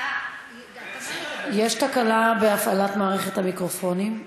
יש תקלה בהפעלת מערכת המיקרופונים.